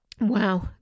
wow